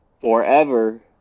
forever